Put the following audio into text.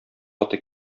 аты